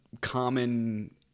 common